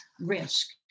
risk